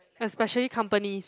especially companies